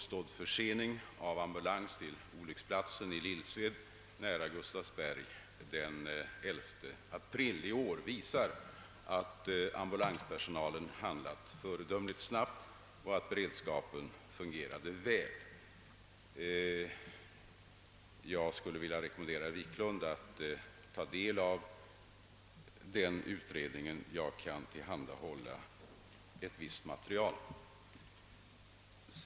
sening av ambulans till olycksplatsen i Lillsved nära Gustavsberg visar att personalen handlade föredömligt snabbt och att beredskapen fungerade väl. Jag skulle vilja rekommendera herr Wiklund att ta del av den utredningen — jag kan tillhandahålla ett visst material.